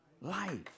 life